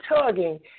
tugging